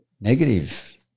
negative